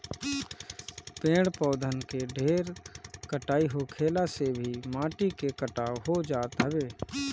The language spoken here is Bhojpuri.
पेड़ पौधन के ढेर कटाई होखला से भी माटी के कटाव हो जात हवे